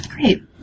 Great